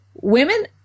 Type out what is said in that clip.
women